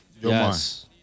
Yes